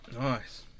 Nice